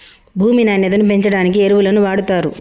భూమి నాణ్యతను పెంచడానికి ఎరువులను వాడుతారు